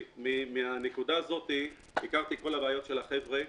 מן הנקודה הזאת הכרתי את כל הבעיות של החבר'ה.